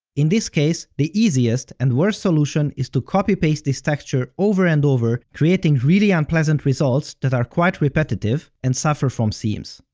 in this case, the easiest and worst solution is to copy-paste this texture over and over, creating really unpleasant results that are quite repetitive and suffer from seams.